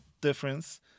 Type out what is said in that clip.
difference